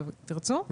תרצו.